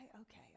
okay